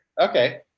Okay